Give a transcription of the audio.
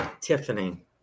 Tiffany